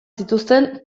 zituzten